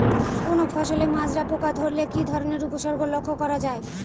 কোনো ফসলে মাজরা পোকা ধরলে কি ধরণের উপসর্গ লক্ষ্য করা যায়?